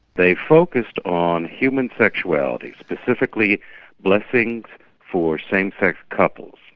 they focused on human sexuality, specifically blessings for same-sex couples.